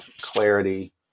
clarity